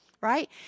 right